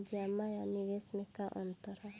जमा आ निवेश में का अंतर ह?